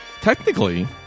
technically